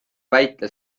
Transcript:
väitel